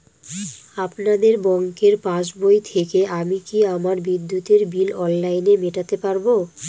আপনাদের ব্যঙ্কের পাসবই থেকে আমি কি আমার বিদ্যুতের বিল অনলাইনে মেটাতে পারবো?